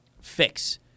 fix